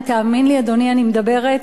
תאמין לי, אדוני, אני מדברת,